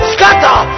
Scatter